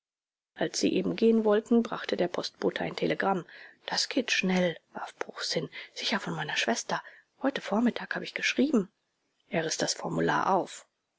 als sie eben gehen wollten brachte der postbote ein telegramm das geht schnell warf bruchs hin sicher von meiner schwester heute vormittag habe ich geschrieben er riß das formular auf